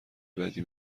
بدی